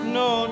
no